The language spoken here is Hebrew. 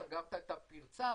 סגרת את הפרצה.